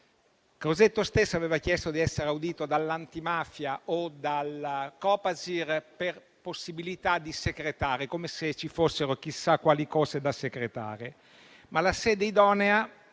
Crosetto stesso aveva chiesto di essere audito dall'antimafia o dal Copasir per possibilità di secretare, come se ci fossero chissà quali cose da secretare, ma la sede idonea